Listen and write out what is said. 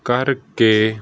ਕਰਕੇ